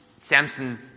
Samson